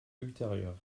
ultérieures